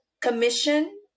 commission